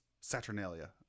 Saturnalia